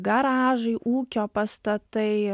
garažai ūkio pastatai